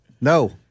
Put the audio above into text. No